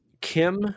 Kim